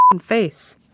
face